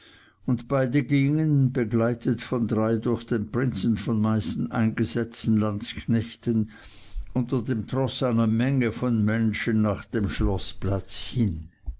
und beide gingen begleitet von den drei durch den prinzen von meißen eingesetzten landsknechten unter dem troß einer menge von menschen nach dem schloßplatz hin